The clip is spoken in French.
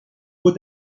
mot